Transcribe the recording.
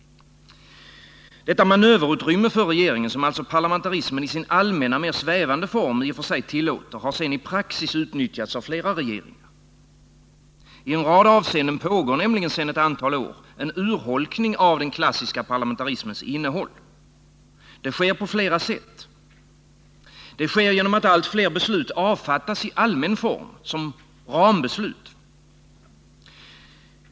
Detta manöverutrymme för regeringen, som alltså parlamentarismen i sin allmänna, mer svävande form i och för sig tillåter, har sedan i praxis utnyttjats av flera regeringar. I en rad avseenden pågår nämligen sedan ett antal år en urholkning av den klassiska parlamentarismens innehåll. Det sker på flera sätt. Det sker genom att allt fler beslut avfattas i allmän form — som rambeslut.